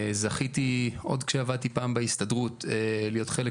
עוד כשעבדתי פעם בהסתדרות זכיתי להיות חלק